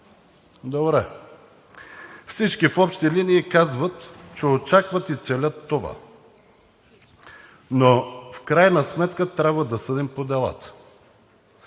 всички в общи линии казват, че очакват и целят това. Но в крайна сметка трябва да съдим по делата.